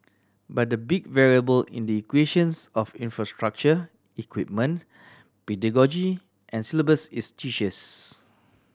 but the big variable in the equations of infrastructure equipment pedagogy and syllabus is teachers